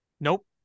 Nope